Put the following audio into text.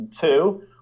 two